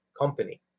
company